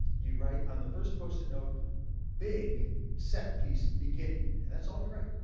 you write on the first post-it note big set piece beginning. and that's all you write.